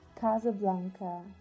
Casablanca